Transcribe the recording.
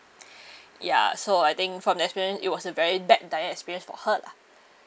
ya so I think from the experience it was a very bad dining experience for her lah